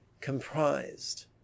comprised